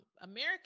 American